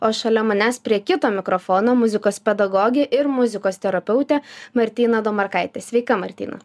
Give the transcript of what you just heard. o šalia manęs prie kito mikrofono muzikos pedagogė ir muzikos terapeutė martyna domarkaitė sveika martyna